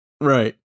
Right